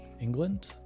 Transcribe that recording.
England